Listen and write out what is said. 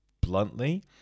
bluntly